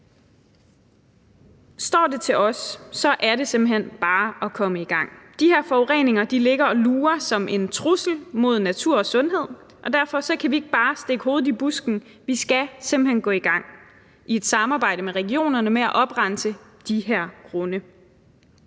Står det til os, er det simpelt hen bare at komme i gang. De her forureninger ligger og lurer som en trussel mod natur og sundhed, og derfor kan vi ikke bare stikke hovedet i busken, men vi skal simpelt hen gå i gang i et samarbejde med regionerne med at oprense de her grunde.